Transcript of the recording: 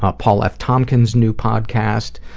ah paul f. tomkins' new podcast,